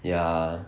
ya